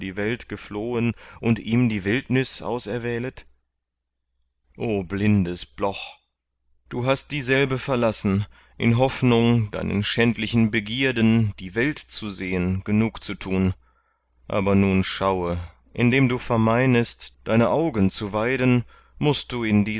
die welt geflohen und ihm die wildnüs auserwählet o blindes bloch du hast dieselbe verlassen in hoffnung deinen schändlichen begierden die welt zu sehen genugzutun aber nun schaue indem du vermeinest deine augen zu weiden mußt du in